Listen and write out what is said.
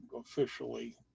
officially